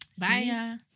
Bye